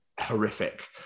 horrific